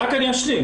רק אני אשלים.